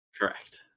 Correct